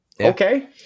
Okay